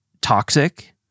toxic